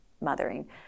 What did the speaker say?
mothering